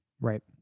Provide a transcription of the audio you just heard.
Right